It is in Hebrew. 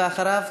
ואחריו,